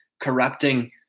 corrupting